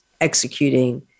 executing